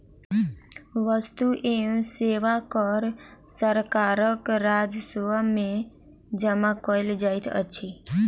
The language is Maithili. वस्तु एवं सेवा कर सरकारक राजस्व में जमा कयल जाइत अछि